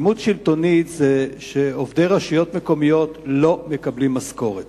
אלימות שלטונית זה שעובדי רשויות מקומיות לא מקבלים משכורת.